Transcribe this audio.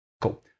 Cool